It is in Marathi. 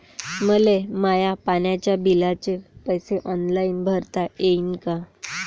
मले माया पाण्याच्या बिलाचे पैसे ऑनलाईन भरता येईन का?